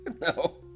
No